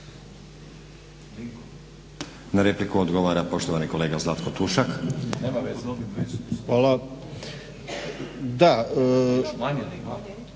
Na repliku odgovara poštovani kolega Zlatko Tušak. **Tušak,